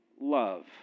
love